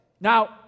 Now